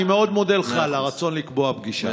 אני מאוד מודה לך על הרצון לקבוע פגישה.